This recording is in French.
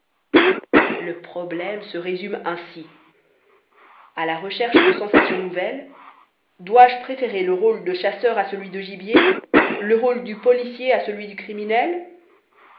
le problème se résume ainsi à la recherche de sensations nouvelles dois-je préférer le rôle de chasseur à celui du gibier le rôle du policier à celui du criminel